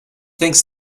thinks